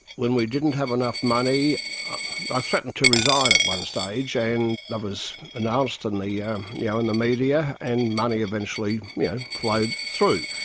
when we didn't have enough money i threatened to resign at one stage. and that was announced in the yeah um yeah and the media, and money eventually yeah flowed through.